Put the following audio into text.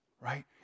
right